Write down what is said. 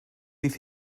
bydd